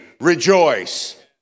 rejoice